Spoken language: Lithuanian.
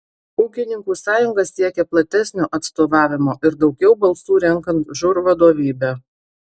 ūkininkų sąjunga siekia platesnio atstovavimo ir daugiau balsų renkant žūr vadovybę